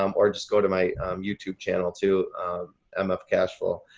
um or just go to my youtube channel to mf cashflow,